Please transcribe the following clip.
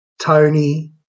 Tony